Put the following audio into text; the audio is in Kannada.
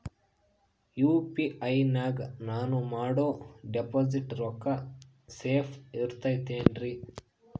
ಯು.ಪಿ.ಐ ನಾಗ ನಾನು ಮಾಡೋ ಡಿಪಾಸಿಟ್ ರೊಕ್ಕ ಸೇಫ್ ಇರುತೈತೇನ್ರಿ?